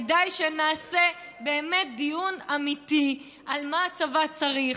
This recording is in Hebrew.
כדאי שנעשה דיון אמיתי על מה הצבא צריך,